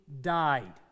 died